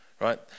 right